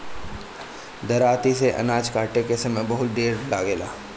दराँती से अनाज काटे में समय बहुत ढेर लागेला